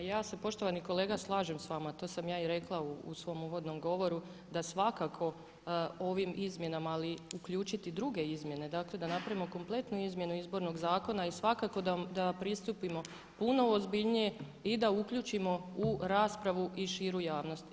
Odgovor na repliku, pa ja se poštovani kolega slažem sa vama, to sam ja i rekla u svom uvodnom govoru da svakako ovim izmjenama ali uključiti druge izmjene, dakle da napravimo kompletnu izmjenu Izbornog zakona i svakako da pristupimo puno ozbiljnije i da uključimo u raspravu i širu javnosti.